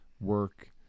work